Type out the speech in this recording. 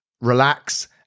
relax